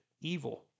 evil